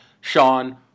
Sean